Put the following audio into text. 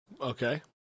Okay